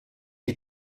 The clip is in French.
est